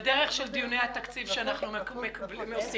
בדרך של דיוני התקציב שאנחנו עושים.